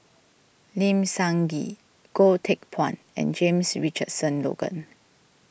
Lim Sun Gee Goh Teck Phuan and James Richardson Logan